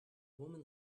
woman